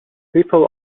people